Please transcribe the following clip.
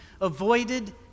avoided